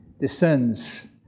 descends